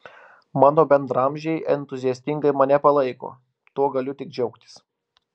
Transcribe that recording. mano bendraamžiai entuziastingai mane palaiko tuo galiu tik džiaugtis